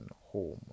home